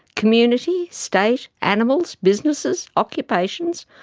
community, state, animals, businesses, occupations,